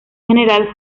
general